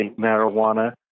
marijuana